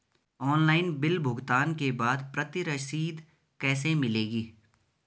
Online bill भुगतान के बाद प्रति रसीद कैसे मिलेगी?